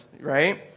right